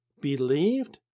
believed